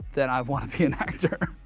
then i wanna be an actor.